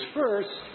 first